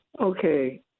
Okay